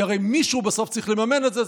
כי הרי מישהו בסוף צריך לממן את זה,